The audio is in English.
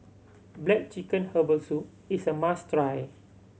black chicken herbal soup is a must try